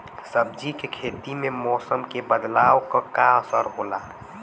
सब्जी के खेती में मौसम के बदलाव क का असर होला?